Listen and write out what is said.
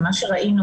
מה שראינו,